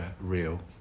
real